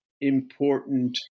important